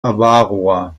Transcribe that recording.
avarua